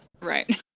Right